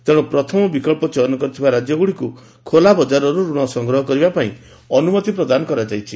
ତେଣୁ ପ୍ରଥମ ବିକ୍ର ଚୟନ କରିଥିବା ରାକ୍ୟଗୁଡ଼ିକୁ ଖୋଲା ବକାରରୁ ଋଣ ସଂଗ୍ରହ କରିବା ପାଇଁ ଅନ୍ମତି ପ୍ଦାନ କରାଯାଇଛି